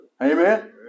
Amen